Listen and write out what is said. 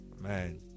man